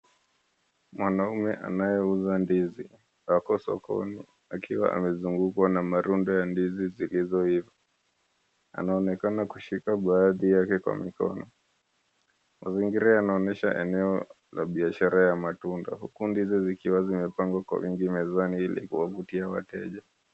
Mwanaume anayeuza ndizi, ako sokoni akiwa amezungukwa na marundo ya ndizi zilizoiva. Anaonekana kushika baadhi yake kwa mkono. Mazingira yanaonyesha eneo la biashara ya matunda huku ndizi zikiwa zimepangwa kwa wingi mezani ili kuwavutia wateja.